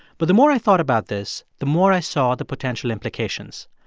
but the more i thought about this, the more i saw the potential implications.